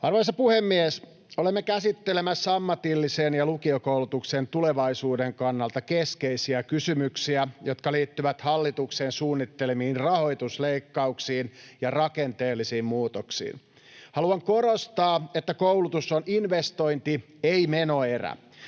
Arvoisa puhemies! Olemme käsittelemässä ammatillisen ja lukiokoulutuksen tulevaisuuden kannalta keskeisiä kysymyksiä, jotka liittyvät hallituksen suunnittelemiin rahoitusleikkauksiin ja rakenteellisiin muutoksiin. Haluan korostaa, että koulutus on investointi, ei menoerä.